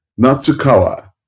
Natsukawa